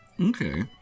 okay